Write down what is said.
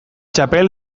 txapel